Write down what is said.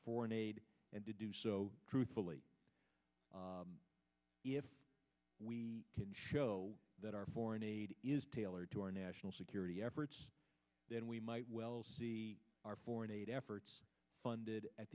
foreign aid and to do so truthfully if we can show that our foreign aid is tailored to our national security efforts then we might well see our foreign aid efforts funded at